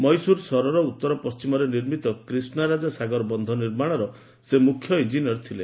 ମହୀଶ୍ଚର ସହରର ଉତ୍ତର ପଣ୍ଟିମରେ ନିର୍ମିତ କ୍ରିଷ୍ଣା ରାଜା ସାଗର ବନ୍ଧ ନିର୍ମାଣର ସେ ମୁଖ୍ୟ ଇଞ୍ଜିନିୟର ଥିଲେ